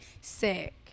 sick